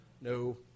No